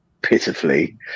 pitifully